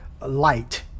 light